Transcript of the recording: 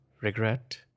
regret